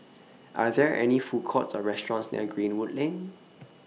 Are There any Food Courts Or restaurants near Greenwood Lane